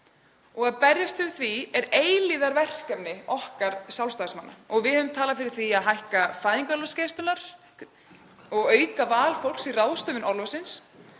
og að berjast fyrir því er eilífðarverkefni okkar Sjálfstæðismanna og við höfum talað fyrir því að hækka fæðingarorlofsgreiðslurnar og auka val fólks í ráðstöfun orlofsins.